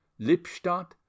Lippstadt